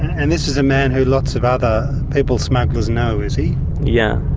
and this is a man who lots of other people smugglers know, is he? yeah